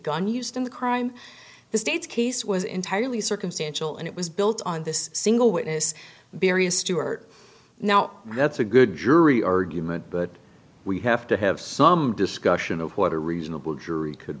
gun used in the crime the state's case was entirely circumstantial and it was built on this single witness beriah stewart now that's a good jury argument but we have to have some discussion of what a reasonable jury could